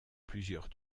plusieurs